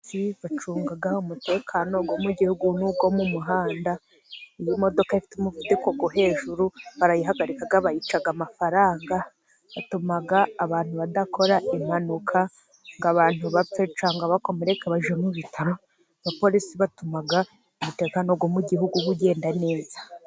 Abapolisi bacunga umutekano wo mu gihugu n'uwo mu muhanda. Iyo modoka ifite umuvuduko wo hejuru, barayihagarikaga bakayica amafaranga, batuma abantu badakora impanuka ngo abantu bapfe cyangwa bakomereka bajye mu bitaro. Abapolisi batuma umutekano wo mu gihugu ugenda neza.